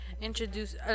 introduce